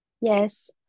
Yes